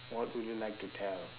what would you like to tell